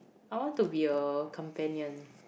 I want to be a companion